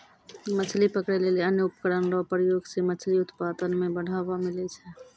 मछली पकड़ै लेली अन्य उपकरण रो प्रयोग से मछली उत्पादन मे बढ़ावा मिलै छै